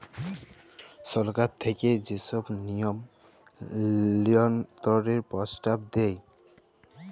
সরকার থ্যাইকে যে ছব লিয়ম লিয়ল্ত্রলের পরস্তাব দেয়